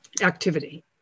activity